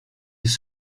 jest